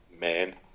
man